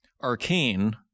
arcane